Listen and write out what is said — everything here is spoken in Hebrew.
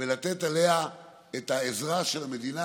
ולתת עליה את העזרה של המדינה.